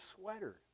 sweater